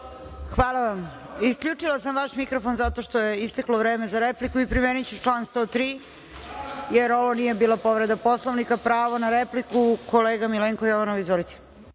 Hvala vam. Isključila sam vaš mikrofon zato što je isteklo vreme za repliku i primeniću član 103. jer ovo nije bila povreda Poslvnika. Pravo na repliku kolega Milenko Jovanov. Izvolite.